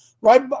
right